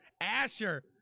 Asher